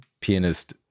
pianist